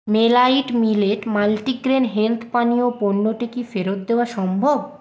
মেলাইট millet multigrain health পানীয় পণ্যটি কি ফেরত দেওয়া সম্ভব